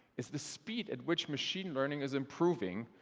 is the speed at which machine learning is improving,